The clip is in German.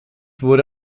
wurde